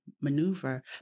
maneuver